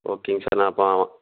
ஓகேங்க சார் நான் இப்போ